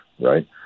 right